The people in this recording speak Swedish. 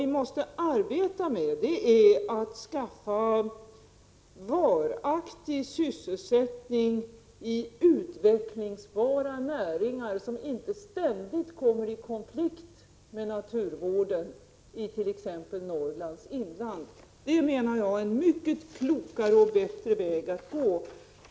Vi måste arbeta med att skaffa fram varaktig sysselsättning i utvecklingsbara näringar som inte ständigt kommer i konflikt med naturvård i t.ex. Norrlands inland. Det är en mycket klokare och bättre väg att gå.